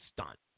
stunt